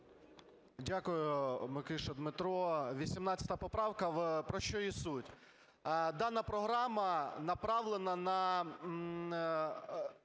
Дякую. Микиша Дмитро. 18 поправка, про що її суть? Дана програма направлена на